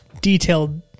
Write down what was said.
Detailed